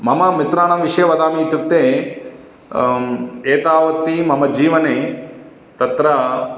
मम मित्राणां विषये वदामि इत्युक्ते एतावति मम जीवने तत्र